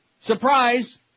Surprise